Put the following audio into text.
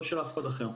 לא של אף אחד אחר.